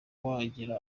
wagera